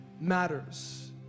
matters